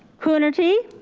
coonerty.